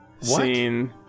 scene